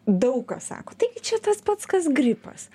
daug kas sako tai gi čia tas pats kas gripas